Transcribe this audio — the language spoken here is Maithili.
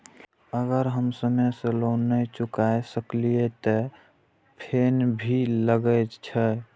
अगर हम समय से लोन ना चुकाए सकलिए ते फैन भी लगे छै?